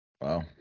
Wow